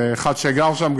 ואחד שגר שם,